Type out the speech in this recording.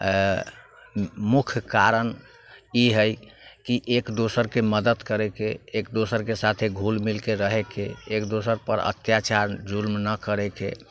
मुख्य कारण ई हइ कि एक दोसरके मदति करैके एक दोसरके साथे घुलिमिलिके रहैके एक दोसरपर अत्याचार जुल्म नहि करैके